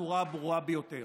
בצורה הברורה ביותר: